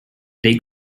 they